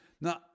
Now